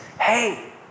Hey